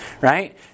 right